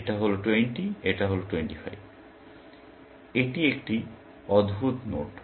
এটা হল 20 এটা হল 25 এটি একটি অদ্ভুত নোড